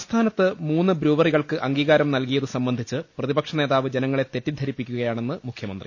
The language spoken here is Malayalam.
സംസ്ഥാനത്ത് മൂന്ന് ബ്രൂവറികൾക്ക് അംഗീകാരം നൽകിയത് സംബന്ധിച്ച് പ്രതിപക്ഷനേതാവ് ജനങ്ങളെ തെറ്റിദ്ധരിപ്പി ക്കുകയാണെന്ന് മുഖ്യമന്ത്രി